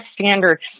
standard